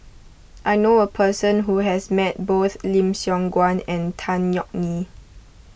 I know a person who has met both Lim Siong Guan and Tan Yeok Nee